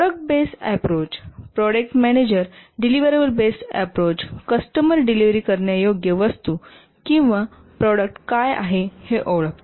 product based approach project manager deliverable based approach customer delivery करण्यायोग्य वस्तू किंवा product काय आहेत हे ओळखते